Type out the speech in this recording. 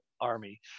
army